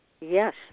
Yes